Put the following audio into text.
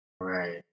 Right